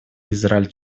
израиль